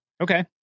Okay